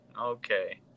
Okay